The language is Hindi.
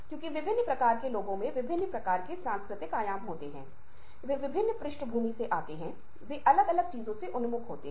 शारीरिक बाधाएं आप मुझे सुनने में सक्षम नहीं हैं जो भी कारण हैं आप मेरी बात नहीं सुन पा रहे हैं